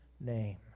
name